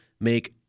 make